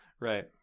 Right